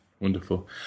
Wonderful